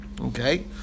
Okay